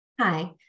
Hi